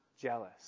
jealous